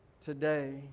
today